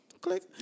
click